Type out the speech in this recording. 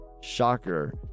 Shocker